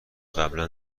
قبلا